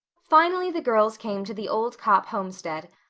finally the girls came to the old copp homestead.